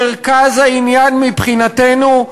מרכז העניין מבחינתנו,